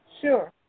Sure